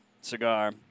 cigar